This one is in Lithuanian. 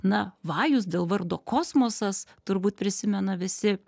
na vajus dėl vardo kosmosas turbūt prisimena visi